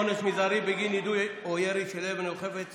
עונש מזערי בגין יידוי או ירי של אבן או חפץ